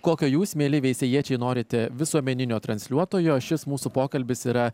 kokio jūs mieli veisiejiečiai norite visuomeninio transliuotojo šis mūsų pokalbis yra